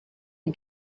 you